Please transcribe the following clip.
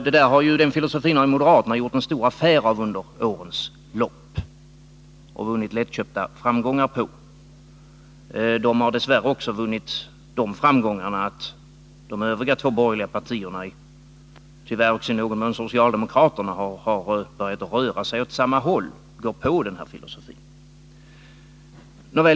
Denna filosofi har moderaterna under årens lopp gjort en stor affär av och vunnit lättköpta framgångar på. De har dess värre också vunnit de framgångarna att de andra två borgerliga partierna och, tyvärr, i någon mån socialdemokraterna har börjat röra sig åt samma håll, gått på denna filosofi.